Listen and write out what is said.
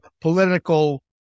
political